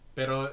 pero